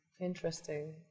Interesting